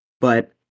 But-